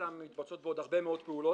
הסתם מתבצעות בו עוד הרבה מאוד פעולות,